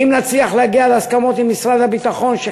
אם נצליח להגיע להסכמות עם משרד הביטחון,